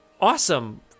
awesome